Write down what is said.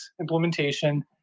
implementation